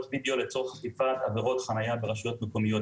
וידאו לצורך אכיפת עבירות חניה ברשויות מקומיות.